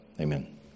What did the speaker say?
Amen